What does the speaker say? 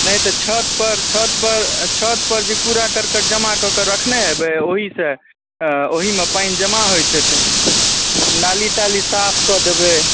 नहि तऽ छतपर छतपर छतपर जे कूड़ा करकट जमा कऽ कऽ रखने हेबै ओहिसँ ओहिमे पानि जमा होइत हेतै नाली ताली साफ कऽ देबै